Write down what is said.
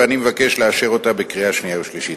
ואני מבקש לאשר אותה בקריאה שנייה ובקריאה שלישית.